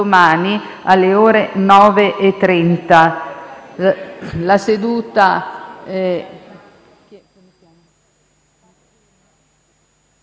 domani alle ore 9,30.